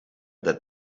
that